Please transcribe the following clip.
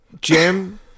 jim